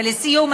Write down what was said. ולסיום,